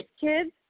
kids